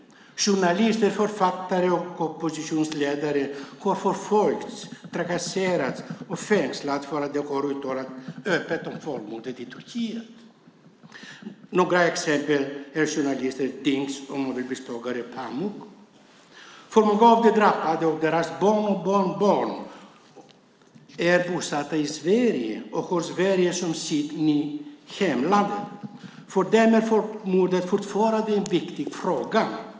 Journalister, författare och oppositionsledare har förföljts, trakasserats och fängslats för att de har talat öppet om folkmordet i Turkiet. Några exempel är journalisten Dink och Nobelpristagaren Pamuk. Många av de drabbade och deras barn och barnbarn är bosatta i Sverige och har Sverige som sitt hemland. För dem är folkmordet fortfarande en viktig fråga.